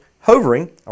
hovering